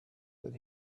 that